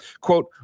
Quote